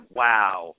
wow